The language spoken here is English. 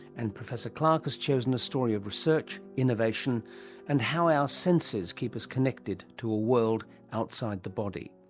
and professor clark has chosen a story of research, innovation and how our senses keep us connected to a world outside the body.